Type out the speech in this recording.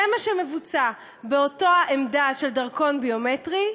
זה מה שמבוצע באותה עמדה של דרכון ביומטרי,